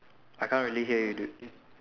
I can't really hear you dude